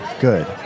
good